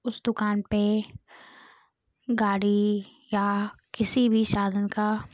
उस दुकान पर गाड़ी या किसी भी साधन का